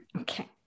okay